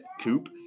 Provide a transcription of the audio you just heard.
Coop